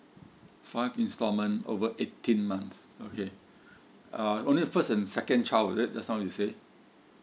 five instalment over eighteen months okay uh only the first and second child is it just now you say